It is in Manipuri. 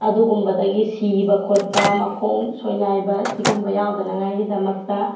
ꯑꯗꯨꯒꯨꯝꯕꯗꯒꯤ ꯁꯤꯕ ꯈꯣꯠꯄ ꯃꯈꯣꯡ ꯁꯣꯏꯅꯥꯏꯕ ꯁꯤꯒꯨꯝꯕ ꯌꯥꯎꯗꯅꯉꯥꯏꯒꯤꯗꯃꯛꯇ